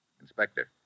Inspector